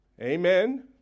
Amen